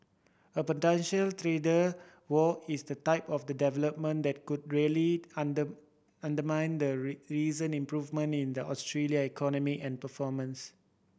a potential trade war is the type of the development that could really under undermine the recent improvement in the Australia economic and performance